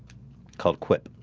called quit,